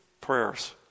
prayers